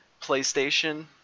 PlayStation